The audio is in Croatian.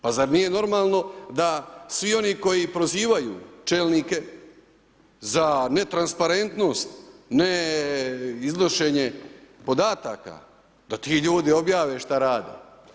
Pa zar nije normalno da svi oni koji prozivaju čelnike za netransparentnost, ne iznošenje podataka, da ti ljudi objave što rade?